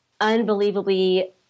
unbelievably